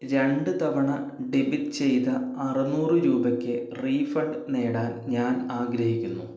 രണ്ട് തവണ ഡെബിറ്റ് ചെയ്ത അറുന്നൂറു രൂപയ്ക്ക് റീഫണ്ട് നേടാൻ ഞാൻ ആഗ്രഹിക്കുന്നു